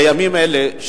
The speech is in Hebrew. בימים אלה,